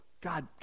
God